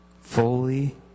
fully